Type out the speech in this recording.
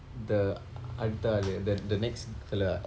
the அடுத்த ஆளு:aduttha aalu the the next fella ah